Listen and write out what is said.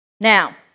Now